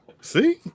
see